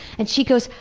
and she goes,